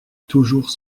toujours